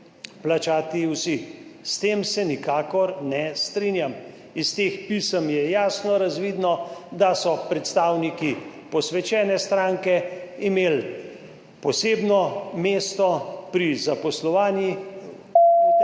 plačati vsi. S tem se nikakor ne strinjam. Iz teh pisem je jasno razvidno, da so predstavniki posvečene stranke imeli posebno mesto pri zaposlovanju